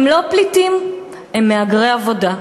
הם לא פליטים, הם מהגרי עבודה.